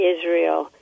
Israel